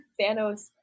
Thanos